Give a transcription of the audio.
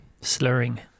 Slurring